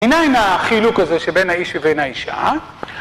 מניין החילוק הזה שבין האיש ובין האישה?